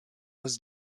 was